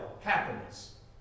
happiness